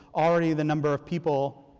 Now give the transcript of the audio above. already the number of people,